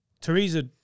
Theresa